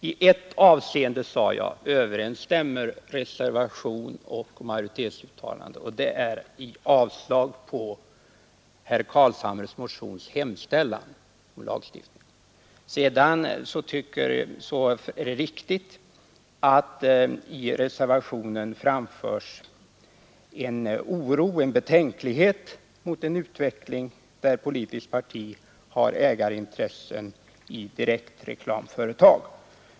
I ett avseende, sade jag, överensstämmer reservation och majoritetsuttalande, och det är när det gäller att avstyrka herr Carlshamres hemställan om lagstiftning. Det är riktigt att i reservationen framförs betänkligheter inför en utveckling där ett politiskt parti har ägarintressen i direktreklamföretag.